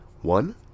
One